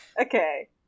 Okay